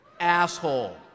asshole